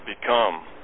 become